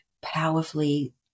powerfully